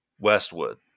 westwood